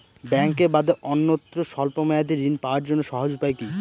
ব্যাঙ্কে বাদে অন্যত্র স্বল্প মেয়াদি ঋণ পাওয়ার জন্য সহজ উপায় কি?